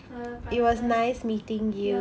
uh பரவாயில்லே:paravaayillae